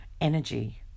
energy